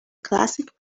classic